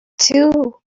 two